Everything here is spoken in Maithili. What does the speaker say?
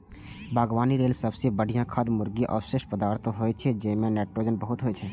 बागवानी लेल सबसं बढ़िया खाद मुर्गीक अवशिष्ट पदार्थ होइ छै, जइमे नाइट्रोजन बहुत होइ छै